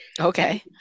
Okay